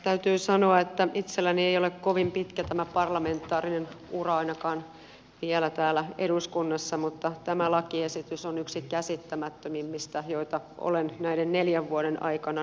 täytyy sanoa että itselläni tämä parlamentaarinen ura ei ole kovin pitkä ainakaan vielä täällä eduskunnassa mutta tämä lakiesitys on yksi käsittämättömimmistä joita olen näiden neljän vuoden aikana nähnyt